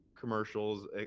commercials